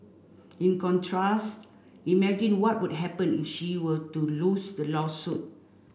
in contrast imagine what would happen if she were to lose the lawsuit